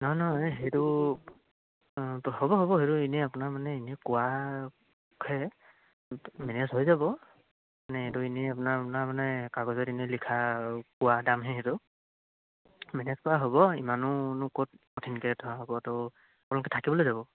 নহয় নহয় সেইটো হ'ব হ'ব সেইটো এনেই আপোনাৰ মানে এনেই কোৱাহে মেনেজ হৈ যাব মানে সেইটো এনেই আপোনাৰ আপোনাৰ মানে কাগজত এনেই লিখা কোৱা দামহে সেইটো মেনেজ কৰা হ'ব ইমানোনো ক'ত কঠিনকৈ ধৰা হ'ব ত' আপোনালোকে থাকিবলৈ যাব